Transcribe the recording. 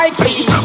please